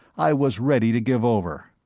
i was ready to give over.